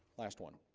last one